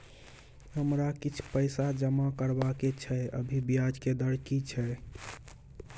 हमरा किछ पैसा जमा करबा के छै, अभी ब्याज के दर की छै?